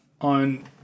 on